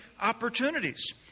opportunities